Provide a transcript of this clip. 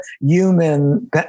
human